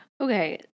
Okay